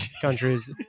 countries